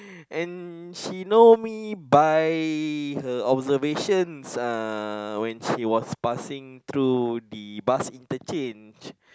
and she know me by her observation uh when she was passing through the bus interchange